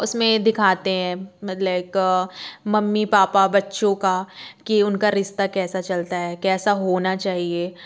उसमे दिखते हैं मतलब मम्मी पापा बच्चों का की उनका रिश्ता कैसा चलता है कैसा होना चाहिए